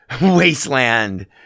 wasteland